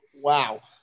wow